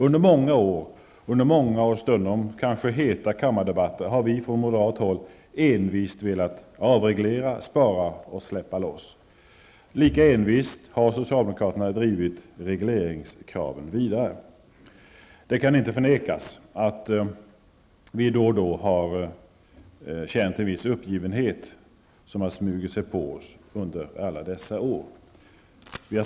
Under många år och under många och stundom heta kammardebatter har vi från moderat håll envist velat avreglera, spara och släppa loss. Lika envist har socialdemokraterna drivit regleringskraven vidare. Det kan inte förnekas att vi då och då har känt en viss uppgivenhet under alla dessa år.